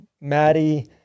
Maddie